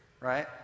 right